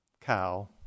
cow